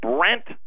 Brent